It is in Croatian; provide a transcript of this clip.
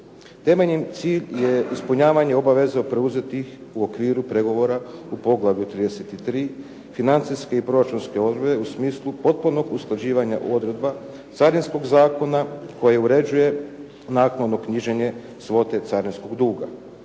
Temeljni cilj je ispunjavanje obaveza preuzetih u okviru pregovora u poglavlju 33.-Financijske i proračunske odredbe u smislu potpunog usklađivanja odredba Carinskog zakona koje uređuje naknadno knjiženje svote carinskog duga.